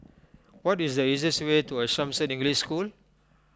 what is the easiest way to Assumption English School